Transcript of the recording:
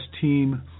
team